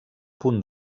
punt